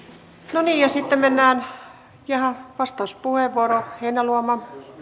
no niin ja sitten mennään jaaha vastauspuheenvuoro heinäluoma